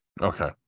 okay